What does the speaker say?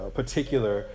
particular